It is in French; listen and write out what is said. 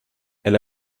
elle